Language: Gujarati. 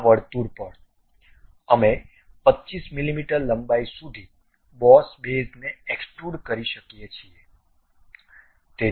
આ વર્તુળ પર આપણે 25 મીમી લંબાઈ સુધી બોસ બેઝને એક્સ્ટ્રુડ કરી શકીએ છીએ